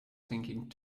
thinking